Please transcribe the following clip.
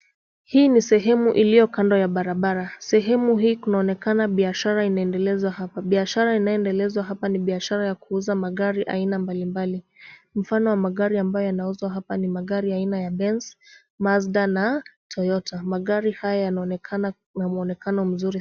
Hii ni sehemu iliyo kando ya barabara, sehemu hii kunaonekana biashara inaendelezwa hapa, biashara inaendelezwa hapa ni biashara ya kuuza magari aina mbalimbali, mfano wa magari ambayo yanauzwa hapa ni magari ya aina ya Benz, Mazda na Toyota. Magari haya yanaonekana mwonekano mzuri.